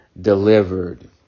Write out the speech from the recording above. delivered